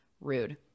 Rude